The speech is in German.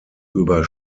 über